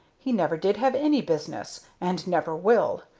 he never did have any business, and never will.